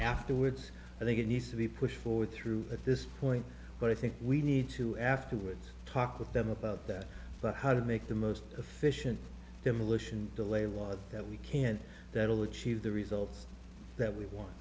afterwards i think it needs to be pushed forward through at this point but i think we need to afterwards talk with them about that how to make the most efficient demolition delay of water that we can that will achieve the results that we want